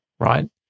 right